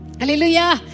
Hallelujah